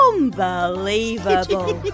Unbelievable